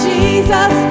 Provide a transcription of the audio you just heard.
Jesus